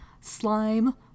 Slime